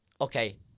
Okay